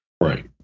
Right